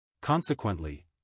Consequently